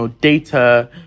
data